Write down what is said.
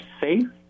safe